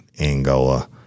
Angola